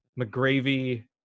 McGravy